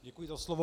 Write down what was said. Děkuji za slovo.